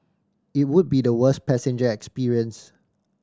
it would be the worst passenger experience